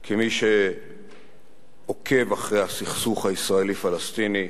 כמי שעוקב אחרי הסכסוך הישראלי פלסטיני,